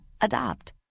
Adopt